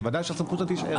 היא ועדה שהסמכות שלה תישאר,